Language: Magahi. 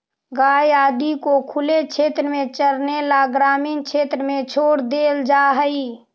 गाय आदि को खुले क्षेत्र में चरने ला ग्रामीण क्षेत्र में छोड़ देल जा हई